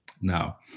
Now